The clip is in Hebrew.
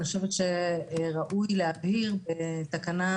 אני חושבת שראוי להבהיר בתקנה